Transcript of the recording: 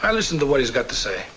him i listen to what he's got to say